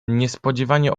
nadspodziewanie